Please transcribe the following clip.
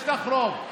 יש לך רוב.